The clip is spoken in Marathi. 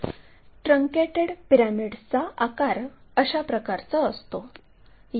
तर ट्रांकेटेड पिरॅमिड्सचा आकार अशा प्रकारचा असतो